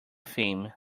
theme